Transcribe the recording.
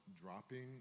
dropping